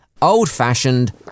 Old-fashioned